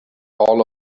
all